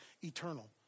eternal